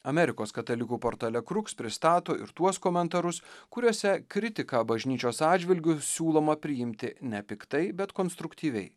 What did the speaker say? amerikos katalikų portale kruks pristato ir tuos komentarus kuriuose kritiką bažnyčios atžvilgiu siūloma priimti nepiktai bet konstruktyviai